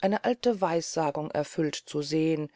eine alte weissagung erfüllt zu sehn